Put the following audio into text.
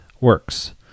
works